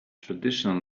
traditional